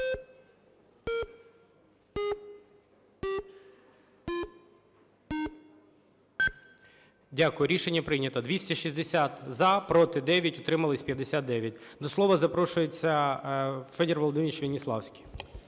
Дякую. Рішення прийнято. 260 – за. Проти – 9. Утримались – 59. До слова запрошується Федір Володимирович Веніславський.